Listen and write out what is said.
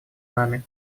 нами